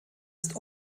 ist